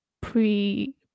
pre